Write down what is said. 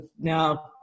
now